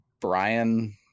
Brian